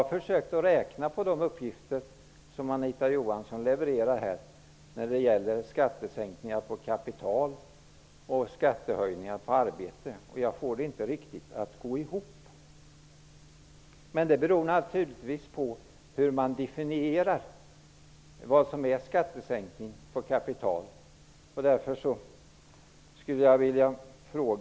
Jag försökte räkna på de uppgifter som Anita Johansson levererade här när det gäller sänkningar av skatten på kapital och höjningar av skatten på arbete. Jag får det inte att gå ihop riktigt. Men det beror naturligtvis på hur man definierar dessa begrepp.